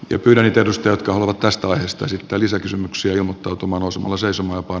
tykkyläinen tiedusteltu halua tästä aiheesta sekä lisäkysymyksiä mutta oman osmoses on